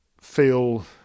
feel